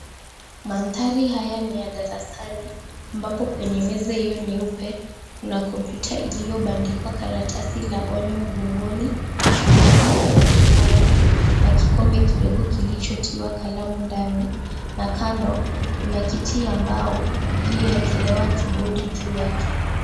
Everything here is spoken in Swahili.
Mandhari haya ni ya darasani ambapo kwenge meza hiyo nyeupe kuna kompyuta iliyobandikwa karatasi la onyo mgongoni, kibodi, na kipanya na kikombe kidogo kilichotiwa kalamu ndani na kando kuna kiti ya mbao iliyoekelewa kibodi juu yake.